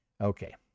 Okay